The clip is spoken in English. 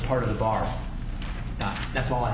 part of the bar that's all i